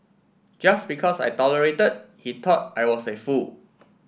just because I tolerated he thought I was a fool